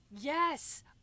yes